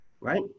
right